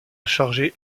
chargé